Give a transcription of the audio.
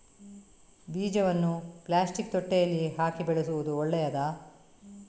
ಬೀಜವನ್ನು ಪ್ಲಾಸ್ಟಿಕ್ ತೊಟ್ಟೆಯಲ್ಲಿ ಹಾಕಿ ಬೆಳೆಸುವುದು ಒಳ್ಳೆಯದಾ?